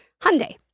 Hyundai